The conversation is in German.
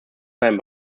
seinem